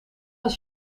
als